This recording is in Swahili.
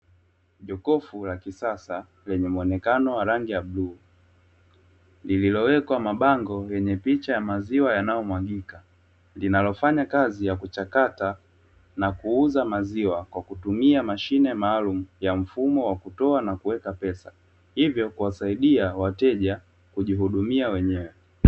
Jokofu la kisasa lenye muonekano wa rangi ya bluu, lililowekwa mabango yenye picha ya maziwa yanayomwagika, linalofanya kazi ya kuchakata na kuuza maziwa, kwa kutumia mashine maalumu ya mfumo wa kutoa na kuweka pesa, hivyo kuwasaidia wateja kujihudumia wenyewe.